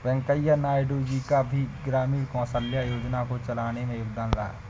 वैंकैया नायडू जी का भी ग्रामीण कौशल्या योजना को चलाने में योगदान रहा है